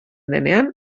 denean